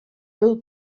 był